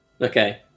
Okay